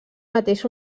mateix